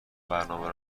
برنامه